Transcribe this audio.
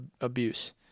abuse